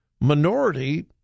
minority